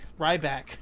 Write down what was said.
Ryback